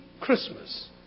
Christmas